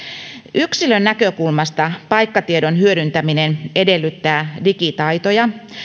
yksilön näkökulmasta paikkatiedon hyödyntäminen edellyttää digitaitoja